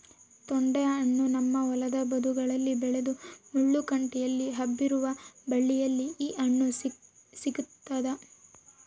ತೊಂಡೆಹಣ್ಣು ನಮ್ಮ ಹೊಲದ ಬದುಗಳಲ್ಲಿ ಬೆಳೆದ ಮುಳ್ಳು ಕಂಟಿಯಲ್ಲಿ ಹಬ್ಬಿರುವ ಬಳ್ಳಿಯಲ್ಲಿ ಈ ಹಣ್ಣು ಸಿಗ್ತಾದ